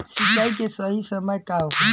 सिंचाई के सही समय का होखे?